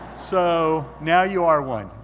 so now you are one,